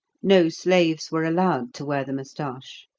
no slaves were allowed to wear the moustache.